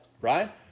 right